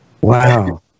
wow